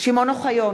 שמעון אוחיון,